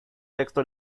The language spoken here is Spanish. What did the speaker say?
texto